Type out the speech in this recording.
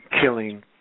killing